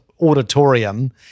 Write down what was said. auditorium